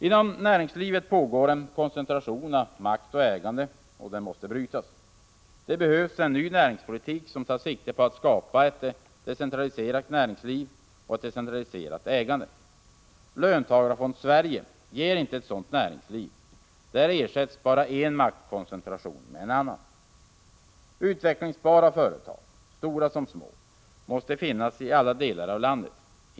Inom näringslivet pågår en koncentration av makt och ägande som måste brytas. Det behövs en ny näringspolitik, som tar sikte på att skapa ett decentraliserat näringsliv och ägande. Löntagarfonds-Sverige ger inte ett sådant näringsliv. Där ersätts bara en maktkoncentration med en annan. Utvecklingsbara företag, stora som små, måste finnas i alla delar av landet.